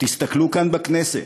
תסתכלו כאן בכנסת.